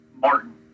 Martin